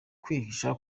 kwihisha